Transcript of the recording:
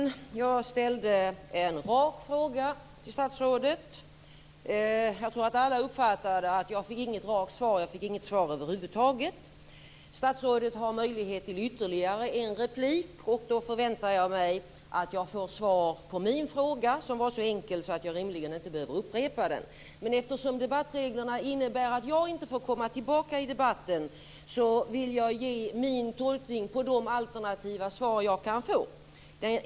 Fru talman! Jag ställde en rak fråga till statsrådet. Jag tror att alla uppfattade att jag inte fick något rakt svar - jag fick inget svar över huvud taget. Statsrådet har möjlighet till ytterligare en replik, och då förväntar jag mig att jag får svar på min fråga, som var så enkel att jag rimligen inte behöver upprepa den. Men eftersom debattreglerna innebär att jag inte får komma tillbaka i debatten vill jag ge min tolkning av de alternativa svar jag kan få.